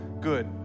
good